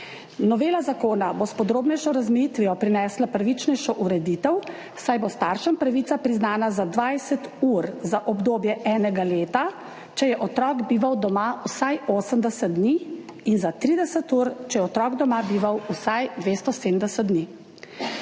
Novela zakona bo s podrobnejšo razmejitvijo prinesla pravičnejšo ureditev, saj bo staršem pravica priznana za 20 ur za obdobje enega leta, če je otrok bival doma vsaj 80 dni, in za 30 ur, če je otrok doma bival vsaj 270 dni.